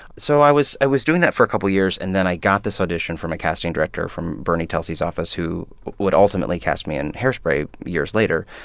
so i was i was doing that for a couple of years. and then i got this audition from a casting director from bernie telsey's office who would ultimately cast me in hairspray years later.